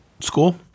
school